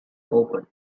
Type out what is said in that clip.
open